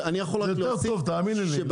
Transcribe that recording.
זה יותר טוב, תאמיני לי.